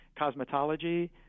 cosmetology